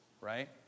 Right